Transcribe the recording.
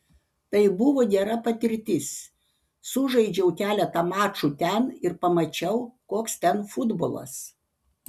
tai buvo gera patirtis sužaidžiau keletą mačų ten ir pamačiau koks ten futbolas